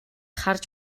харж